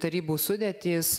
tarybų sudėtys